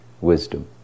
wisdom